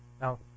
Now